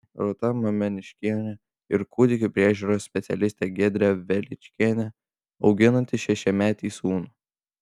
rūta mameniškienė ir kūdikių priežiūros specialistė giedrė veličkienė auginanti šešiametį sūnų